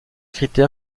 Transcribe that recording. critère